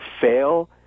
fail